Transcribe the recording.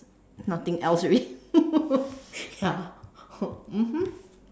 nothing else already ya mmhmm